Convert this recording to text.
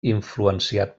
influenciat